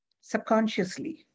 subconsciously